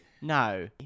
No